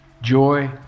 joy